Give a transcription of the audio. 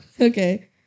Okay